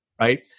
right